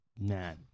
man